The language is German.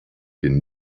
den